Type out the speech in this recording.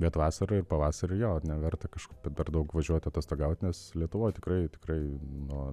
bet vasarą ir pavasarį jo neverta kažko per daug važiuoti atostogaut nes lietuvoj tikrai tikrai nuo